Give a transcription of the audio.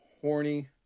horny